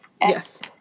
yes